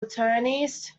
attorneys